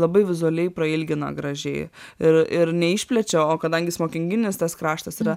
labai vizualiai prailgina gražiai ir ir neišplečia o kadangi smokinginis tas kraštas yra